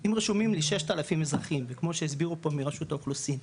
אם רשומים לי 6,000 אזרחים וכמו שהסבירו פה מרשות האוכלוסין,